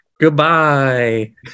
goodbye